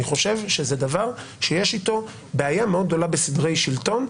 אני חושב שזה דבר שיש איתו בעיה מאוד גדולה בסדרי שלטון.